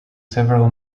several